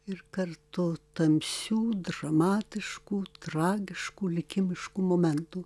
ir kartu tamsių dramatiškų tragiškų likimiškų momentų